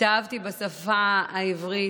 התאהבתי בשפה העברית,